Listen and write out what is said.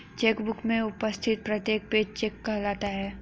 check book में उपस्थित प्रत्येक पेज चेक कहलाता है